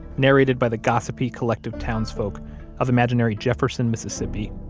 narrated by the gossipy collective townsfolk of imaginary jefferson, mississippi,